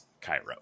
Cairo